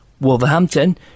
Wolverhampton